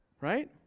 Right